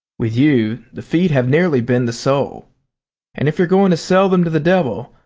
with you the feet have nearly been the soul and if you're going to sell them to the devil,